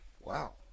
Wow